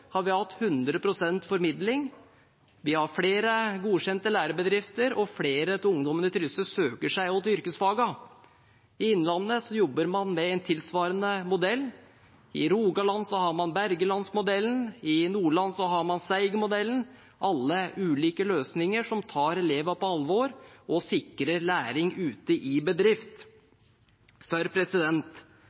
har vi hatt 100 pst. formidling, vi har flere godkjente lærebedrifter, og flere av ungdommene i Trysil søker seg til yrkesfagene. I Innlandet jobber man med en tilsvarende modell, i Rogaland har man Bergeland-modellen, i Nordland har man Steigen-modellen – alle ulike løsninger som tar elevene på alvor og sikrer læring ute i bedrift. Arbeidslivet har et skrikende behov for